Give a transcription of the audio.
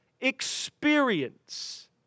experience